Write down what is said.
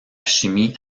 chimie